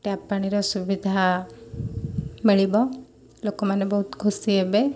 tap ପାଣିର ସୁବିଧା ମିଳିବ ଲୋକମାନେ ବହୁତ ଖୁସି ହେବେ